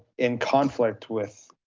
in conflict with,